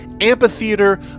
amphitheater